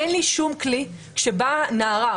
אין לי שום כלי כשבאה נערה,